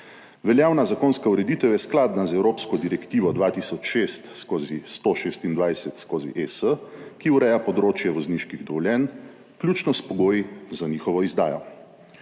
Veljavna zakonska ureditev je skladna z evropsko direktivo 2006/126/ES, ki ureja področje vozniških dovoljenj, vključno s pogoji za njihovo izdajo.